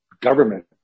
government